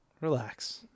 relax